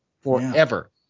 Forever